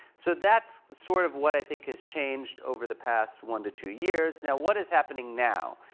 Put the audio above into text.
so that's sort of what i think has changed over the past one to two years. now what is happening now?